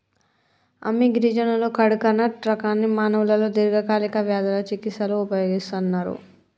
అమ్మి గిరిజనులు కడకనట్ రకాన్ని మానవులలో దీర్ఘకాలిక వ్యాధుల చికిస్తలో ఉపయోగిస్తన్నరు